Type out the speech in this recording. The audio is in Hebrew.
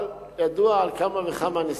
אבל ידוע על כמה וכמה נסים.